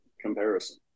comparison